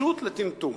טיפשות לטמטום.